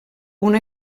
una